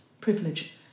privilege